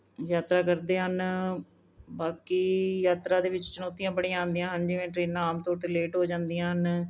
ਯਾਤਰਾ ਕਰਦੇ ਹਨ ਬਾਕੀ ਯਾਤਰਾ ਦੇ ਵਿੱਚ ਚੁਣੌਤੀਆਂ ਬੜੀਆਂ ਆਉਂਦੀਆਂ ਹਨ ਜਿਵੇਂ ਟ੍ਰੇਨਾਂ ਆਮ ਤੌਰ 'ਤੇ ਲੇਟ ਹੋ ਜਾਂਦੀਆਂ ਹਨ